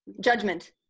Judgment